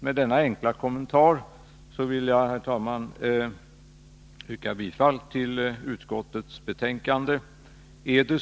Med denna enkla kommentar vill jag, herr talman, yrka bifall till utskottets hemställan.